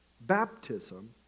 Baptism